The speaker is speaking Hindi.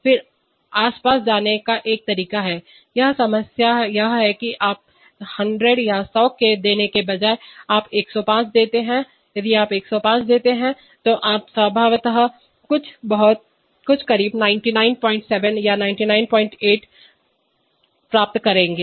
फिर आसपास जाने का एक तरीका है यह समस्या यह है कि आप 100 देने के बजाय आप 105 देते हैं यदि आप 105 देते हैं तो आप संभवतः कुछ बहुत बहुत करीब 997 या 8 या कुछ और प्राप्त करेंगे